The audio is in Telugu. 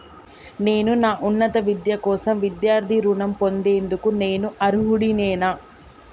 నా ఉన్నత విద్య కోసం విద్యార్థి రుణం పొందేందుకు నేను అర్హుడినేనా?